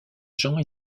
gens